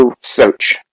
search